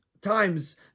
times